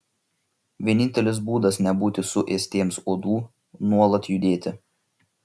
vienintelis būdas nebūti suėstiems uodų nuolat judėti